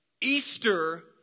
Easter